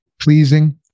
pleasing